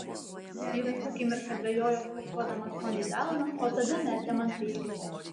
vyras akimirką dvejojo spoksodamas man į delną o tada metė man peilį